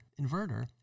inverter